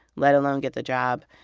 let alone get the job.